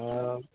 ହଁ